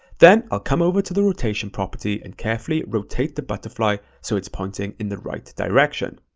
then, i'll come over to the rotation property and carefully rotate the butterfly so it's pointing in the right direction.